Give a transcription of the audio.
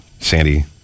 Sandy